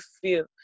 feel